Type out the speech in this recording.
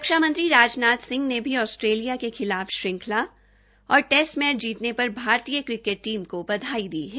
रक्षा मंत्री राजनाथ सिंह ने भी आस्ट्रेलिया के खिलाफ श्रंखला और टेस्ट मैच जीतने पर भारतीय क्रिकेट टीम को बधाई दी है